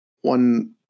one